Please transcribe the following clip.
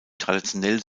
traditionell